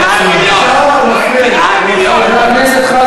מפני שהוא חשב שהוא עושה פה טוב לחברה הישראלית.